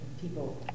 people